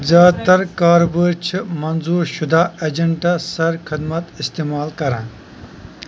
زیادٕ تَر كاربٲرۍ چھِ منظوٗر شُدہ اٮ۪جَنٹَس سَر خٕدمت اِستعمال كران